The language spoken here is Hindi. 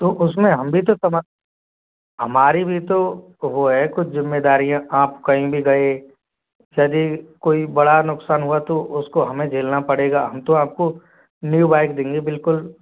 तो उसमें हम भी तो तुम्हें हमारी भी तो वह है कुछ जिम्मेदारियाँ आप कहीं भी गए यदि कोई बड़ा नुकसान हुआ तो उसको हमें झेलना पड़ेगा हम तो आप को न्यू बाइक देंगे बिल्कुल